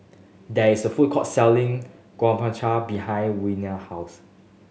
there is a food court selling Guacamole behind Warner house